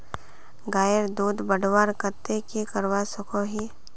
गायेर दूध बढ़वार केते की करवा सकोहो ही?